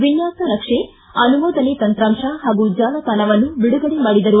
ವಿನ್ಯಾಸ ನಕ್ಷೆ ಅನುಮೋದನೆ ತಂತ್ರಾಂಶ ಹಾಗೂ ಜಾಲತಾಣವನ್ನು ಬಿಡುಗಡೆ ಮಾಡಿದರು